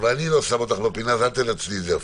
אני לא שם אותך בפינה, אז אל תנצלי את זה הפוך.